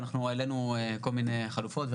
והעלינו כל מיני חלופות,